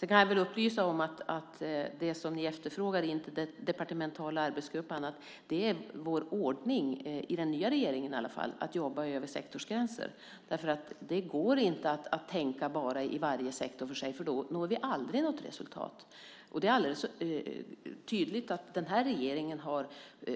Jag kan upplysa om att det som ni efterfrågar i form av en interdepartemental arbetsgrupp och annat är vår ordning i regeringen. Vi jobbar över sektorsgränser. Det går inte att tänka i bara varje sektor för sig, för då når vi aldrig något resultat. Det är alldeles tydligt att denna regering har